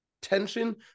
tension